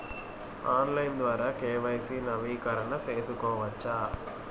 Online ద్వారా KYC నవీకరణ సేసుకోవచ్చా?